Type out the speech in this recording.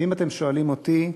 ואם אתם שואלים אותי,